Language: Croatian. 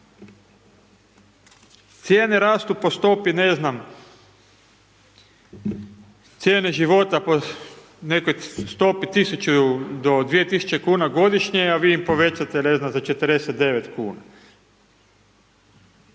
Cijene rastu po stopi, ne znam, cijene života po nekoj stopi 1000 do 2000 kuna godišnje a vi im povećate, ne znam, za 49 kuna.